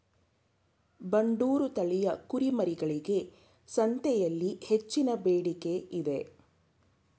ಬಂಡೂರು ತಳಿಯ ಕುರಿಮರಿಗಳಿಗೆ ಸಂತೆಯಲ್ಲಿ ಹೆಚ್ಚಿನ ಬೇಡಿಕೆ ಇದೆ